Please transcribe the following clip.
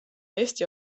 eesti